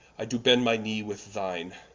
i do bend my knee with thine,